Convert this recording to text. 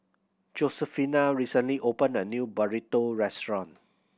Josefina recently opened a new Burrito restaurant